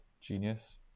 genius